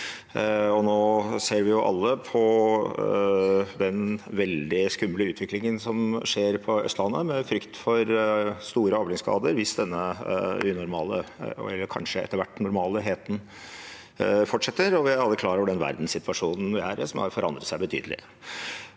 Nå ser vi alle den veldig skumle utviklingen som skjer på Østlandet, med frykt for store avlingsskader hvis denne unormale – og kanskje etter hvert normale – heten fortsetter, og vi er alle klar over den verdenssituasjonen vi er i, som har forandret seg betydelig.